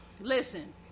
listen